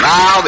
Now